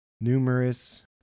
Numerous